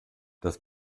das